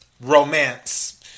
romance